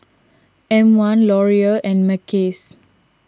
M one Laurier and Mackays